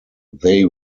they